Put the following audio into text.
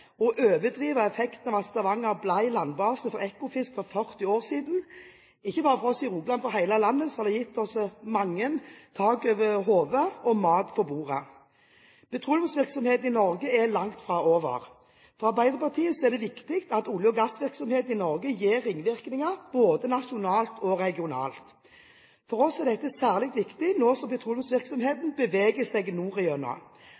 å overdrive effekten av at Stavanger ble landbase for Ekofisk for 40 år siden. Ikke bare for oss i Rogaland, men for mange i hele landet, har det gitt tak over hodet og mat på bordet. Petroleumsvirksomheten i Norge er langt fra over. For Arbeiderpartiet er det viktig at olje- og gassvirksomhet i Norge gir ringvirkninger både nasjonalt og regionalt. For oss er dette særlig viktig nå som